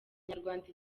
nyarwanda